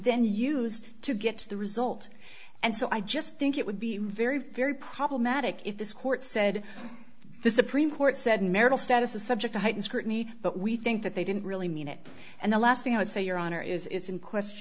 then used to get to the result and so i just think it would be very very problematic if this court said the supreme court said marital status is subject to heightened scrutiny but we think that they didn't really mean it and the last thing i would say your honor is in question